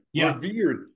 Revered